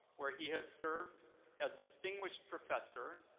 where he has served as distinguished professor,